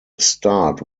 start